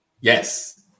Yes